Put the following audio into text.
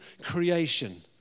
creation